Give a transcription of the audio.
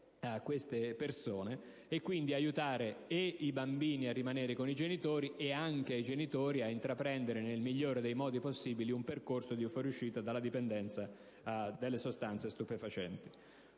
questi soggetti e quindi aiutare sia i bambini a rimanere con i genitori, sia i genitori ad intraprendere nel migliore dei modi possibili un percorso di fuoriuscita dalla dipendenza dalle sostanze stupefacenti.